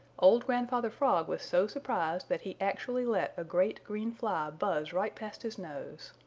old grandfather frog was so surprised that he actually let a great green fly buzz right past his nose.